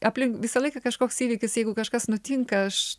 aplink visą laiką kažkoks įvykis jeigu kažkas nutinka aš